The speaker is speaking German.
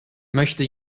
möchte